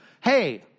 Hey